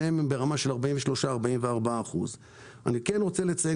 שניהם ברמה של 43% 44%. אני רוצה לציין,